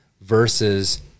versus